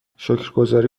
شکرگزاری